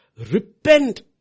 Repent